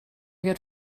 get